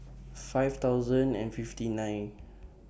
five thousand and fifty nine